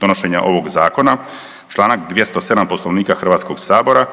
donošenja ovog Zakona čl. 207 Poslovnika HS-a